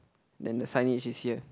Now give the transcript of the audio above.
then the signage is here